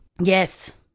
Yes